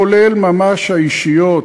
כולל ממש האישיות,